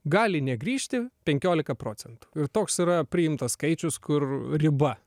gali negrįžti penkiolika procentų toks yra priimtas skaičius kur riba